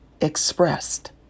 expressed